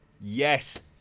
yes